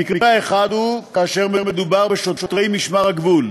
המקרה האחד הוא כאשר מדובר בשוטרי משמר הגבול,